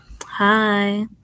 Hi